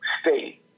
state